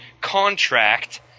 contract